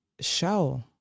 show